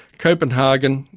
copenhagen,